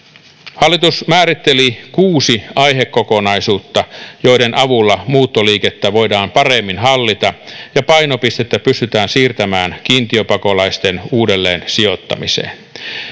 hallitus määritteli kuusi aihekokonaisuutta joiden avulla muuttoliikettä voidaan paremmin hallita ja painopistettä pystytään siirtämään kiintiöpakolaisten uudelleensijoittamiseen